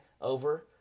over